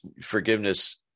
forgiveness